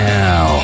now